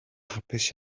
hapus